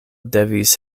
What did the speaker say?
devis